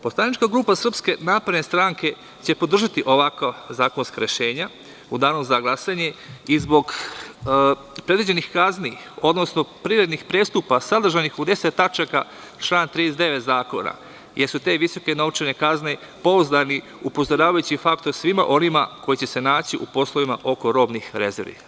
Poslanička grupa SNS će podržati ovakva zakonska rešenja u danu za glasanje i zbog predviđenih kazni, odnosno privrednih prestupa sadržanih u 10 tačaka člana 39. zakona, jer su te visoke novčane kazne pouzdani, upozoravajući faktor svima onima koji će se naći u poslovima oko robnih rezervi.